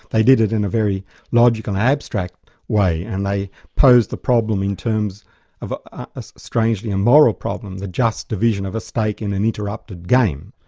they did it in a very logical and abstract way, and they posed the problem in terms of, ah strangely a moral problem, the just division of a stake in an interrupted game.